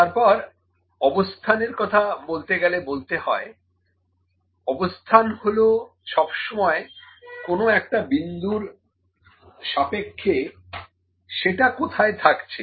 তারপর অবস্থানের কথা বলতে গেলে বলতে হয় অবস্থান হলো সবসময় কোনো একটা বিন্দুর সাপেক্ষে সেটা কোথায় থাকছে